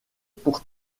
pour